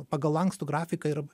pagal lankstų grafiką ir